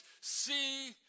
see